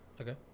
Okay